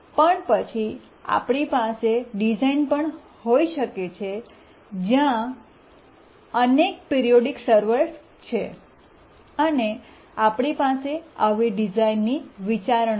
પણ પછી આપણી પાસે ડિઝાઇન પણ હોઈ શકે છે જ્યાં ત્યાં અનેક પિરીયોડીક સર્વર્સ છે અને આપણી પાસે આવી ડિઝાઇનની વિચારણા છે